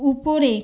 উপরে